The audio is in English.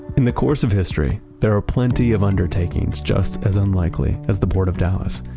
in the course of history, there are plenty of undertakings just as unlikely as the port of dallas.